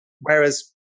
Whereas